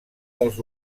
dels